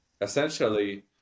Essentially